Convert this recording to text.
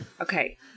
Okay